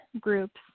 groups